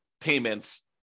payments